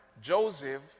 Joseph